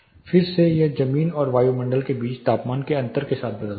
फिर से यह जमीन और वायुमंडल के बीच तापमान के अंतर के साथ बदलता रहता है